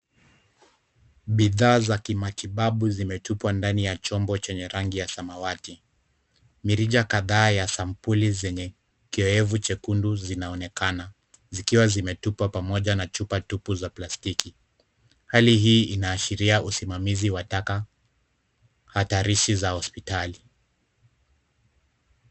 Bidhaa za kimatibabu zimetupwa ndani ya chombo chenye rangi ya samawati. Mirija kadhaa ya sampuli zenye kioevu chekundu zinaonekana. Zikiwa zimetupwa pamoja na chupa tupu za plastiki. Hali hii inaashiria usimamizi wa taka hatarishi za hospitali.